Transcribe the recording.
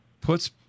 puts